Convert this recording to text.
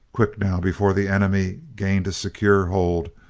quick, now, before the enemy gained a secure hold,